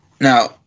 Now